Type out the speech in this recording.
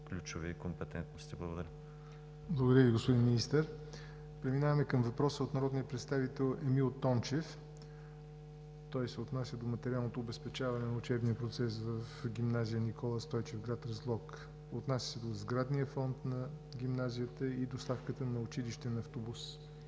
„ключови компетентности“. Благодаря. ПРЕДСЕДАТЕЛ ЯВОР НОТЕВ: Благодаря Ви, господин Министър. Преминаваме към въпрос от народния представител Емил Тончев. Той се отнася до материалното обезпечаване на учебния процес в гимназия „Никола Стойчев“, град Разлог. Отнася се до сградния фонд на гимназията и доставката на училищен автобус.